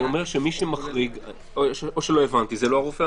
מי שמחריג זה לא הרופא המחוזי?